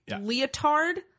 leotard